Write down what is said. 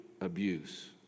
abuse